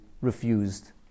refused